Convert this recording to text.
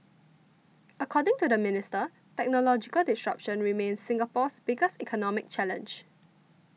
according to the minister technological disruption remains Singapore's biggest economic challenge